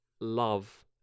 love